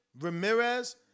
Ramirez